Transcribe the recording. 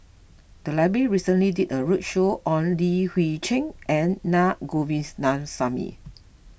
the library recently did a roadshow on Li Hui Cheng and Na Govindasamy